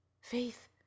faith